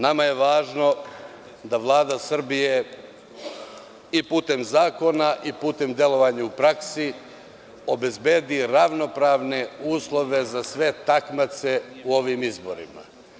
Nama je važno da Vlada Srbije i putem zakona i putem delovanja u praksi obezbedi ravnopravne uslove za sve takmace u ovim izborima.